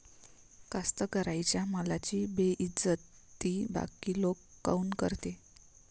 कास्तकाराइच्या मालाची बेइज्जती बाकी लोक काऊन करते?